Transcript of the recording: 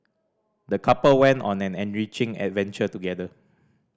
the couple went on an enriching adventure together